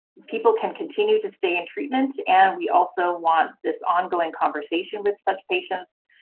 people can continue to stay in treatment, and we also want this ongoing conversation with such patients